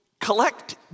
collect